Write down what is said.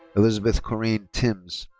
elizabeth corene timms.